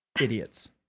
idiots